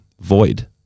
Void